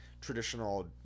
traditional